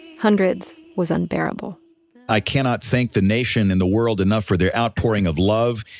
hundreds was unbearable i cannot thank the nation and the world enough for their outpouring of love